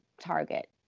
target